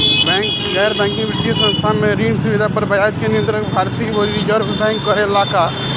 गैर बैंकिंग वित्तीय संस्था से ऋण सुविधा पर ब्याज के नियंत्रण भारती य रिजर्व बैंक करे ला का?